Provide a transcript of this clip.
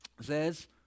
says